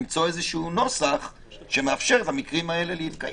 למצוא נוסח שמאפשר למקרים האלה להתקיים.